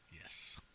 Yes